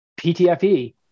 PTFE